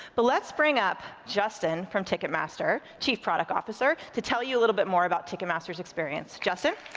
but let's bring up justin from ticketmaster, chief product officer, to tell you a little bit more about ticketmaster's experience. justin?